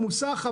המוסך,